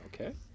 okay